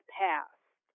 passed